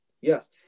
yes